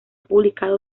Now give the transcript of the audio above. publicado